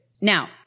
Now